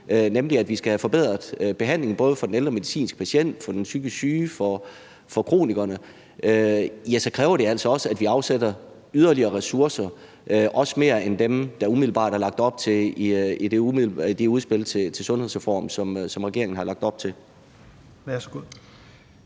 nemlig at vi skal have forbedret behandlingen både for den ældre medicinske patient, for den psykisk syge og for kronikeren, så også kræver, at vi afsætter yderligere ressourcer og også mere end dem, der umiddelbart er lagt op til i det udspil til en sundhedsreform, som regeringen har lagt op til.